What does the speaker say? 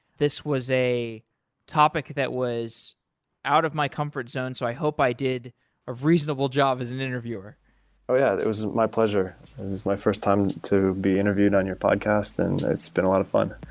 this was a topic that was out of my comfort zone, so i hope i did a reasonable job as an interviewer oh, yeah. it was my pleasure. this is my first time to be interviewed on your podcast and it's been a lot of fun.